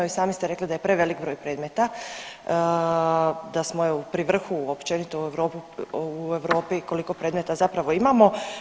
I sami ste rekli da je preveliki broj predmeta, da smo pri vrhu općenito u Europi koliko predmeta imamo.